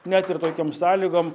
net ir tokiom sąlygom